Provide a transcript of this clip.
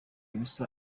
ubusa